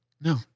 No